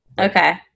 Okay